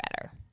better